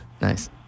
nice